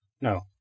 No